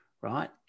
right